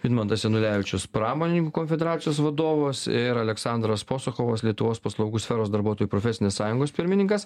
vidmantas janulevičius pramonininkų konfederacijos vadovas ir aleksandras posuchovas lietuvos paslaugų sferos darbuotojų profesinės sąjungos pirmininkas